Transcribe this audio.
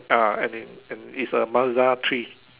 ah I think and it's a Mazda three